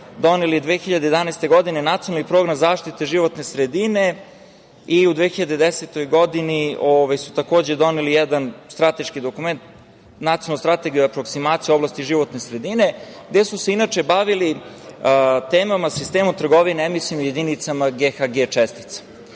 doneli 2011. godine Nacionalni program zaštite životne sredine. Takođe, 2010. godine su doneli jedan strateški dokument – Nacionalnu strategiju aproksimacije u oblasti životne sredine, gde su se inače bavili temama sistema trgovine emisionim jedinicama GHG čestica.